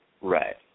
Right